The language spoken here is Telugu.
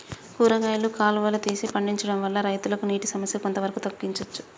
కూరగాయలు కాలువలు తీసి పండించడం వల్ల రైతులకు నీటి సమస్య కొంత వరకు తగ్గించచ్చా?